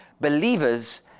believers